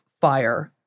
fire